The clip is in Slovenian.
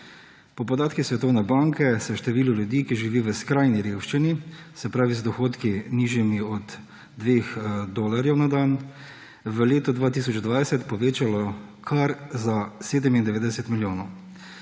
Po podatkih Svetovne banke se je število ljudi, ki živi v skrajni revščini, se pravi z dohodki, nižjimi od dveh dolarjev na dan, v letu 2020 povečalo kar za 97 milijonov.